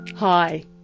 Hi